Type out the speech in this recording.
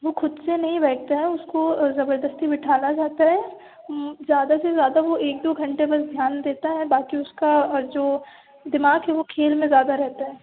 वो खुद से नहीं बैठता है उसको ज़बरदस्ती बिठाया जाता है ज़्यादा से ज़्यादा वो एक दो घंटे बस ध्यान देता है बाकी उसका जो दिमाग है वो खेल में ज़्यादा रहता है